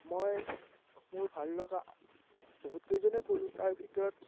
মই মোৰ ভাললগা বহুতকেইজনেই ক'লোঁ তাৰ ভিতৰত